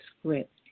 script